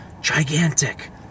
gigantic